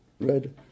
red